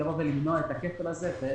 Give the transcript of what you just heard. כפי שתיקנו בפעם שעברה.